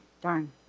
darn